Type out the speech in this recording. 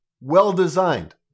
well-designed